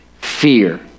fear